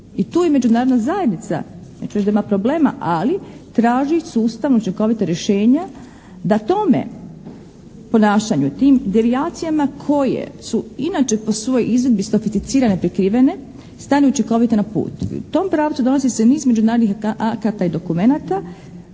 i tu je Međunarodna zajednica, neću reći da ima problema ali traži sustavna i učinkovita rješenja da tome ponašanju, tim devijacijama koje su inače po svojoj izvedbi sofisticirane, prikrivene stane učinkovito na put. U tom pravcu donosi se niz međunarodnih akata i dokumenata